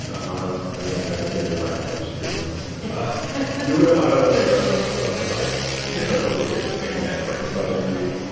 amara la negra has been in your life i wish she had been in my life you and amara la negra are going to talk about her life, and her career, and that breakfast club interview,